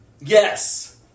Yes